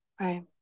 Right